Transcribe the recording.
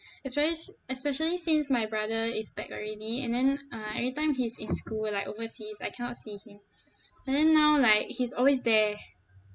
especia~ especially since my brother is back already and then uh every time he's in school like overseas I cannot see him but then now like he's always there